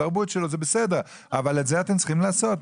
בתרבות שלו אבל את זה אתם צריכים לעשות.